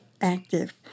Active